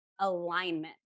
alignment